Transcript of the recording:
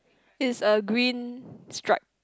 is a green strike